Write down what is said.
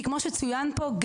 כי כמו שצוין פה,